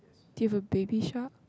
do you have a baby shark